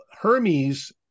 Hermes